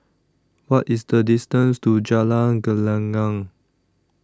What IS The distance to Jalan Gelenggang